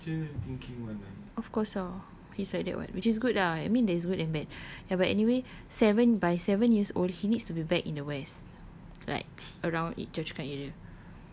five years of course ah he's like that what which is good ah I mean there's good and bad ya but anyway seven by seven years old he needs to be back in the west like around choa chu kang area